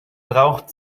braucht